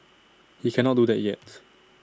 he cannot do that yet